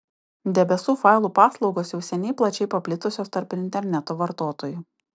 debesų failų paslaugos jau seniai plačiai paplitusios tarp interneto vartotojų